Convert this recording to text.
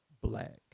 black